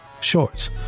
Shorts